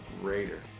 greater